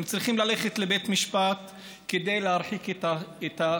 הם צריכים ללכת לבית משפט כדי להרחיק את תוקפם.